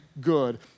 good